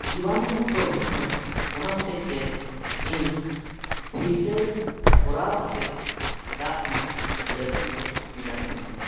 ᱡᱤᱵᱟᱱᱩ ᱢᱩᱠᱛᱚ ᱦᱩᱭᱩᱜ ᱢᱟ ᱚᱱᱟ ᱦᱚᱛᱮᱫ ᱛᱮ ᱤᱧ ᱯᱷᱤᱞᱴᱟᱹᱨ ᱠᱚᱨᱟᱣ ᱠᱟᱛᱮᱫ ᱫᱟᱜ ᱧᱩ ᱞᱟᱹᱠᱛᱤ ᱢᱮᱱᱟᱜ ᱛᱤᱧᱟᱹ